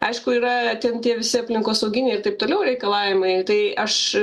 aišku yra ten tie visi aplinkosauginiai ir taip toliau reikalavimai tai aš